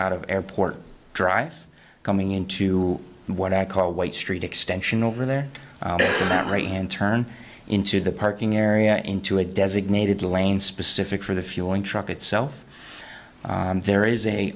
out of airport drive coming into what i call white street extension over there and that right hand turn into the parking area into a designated lane specific for the fueling truck itself there is a